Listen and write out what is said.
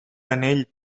anell